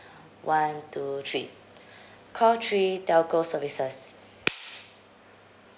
one two three call three telco services